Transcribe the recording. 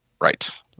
Right